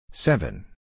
Seven